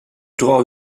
drar